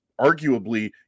arguably